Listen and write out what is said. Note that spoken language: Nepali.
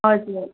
हजुर